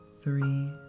Three